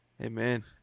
Amen